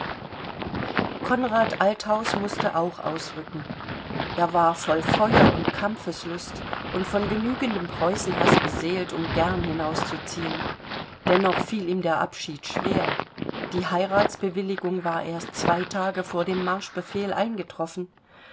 konrad althaus mußte auch ausrücken er war voll feuer und kampfeslust und von genügendem preußenhaß beseelt um gern hinauszuziehen dennoch fiel ihm der abschied schwer die heiratsbewilligung war erst zwei tage vor dem marschbefehl eingetroffen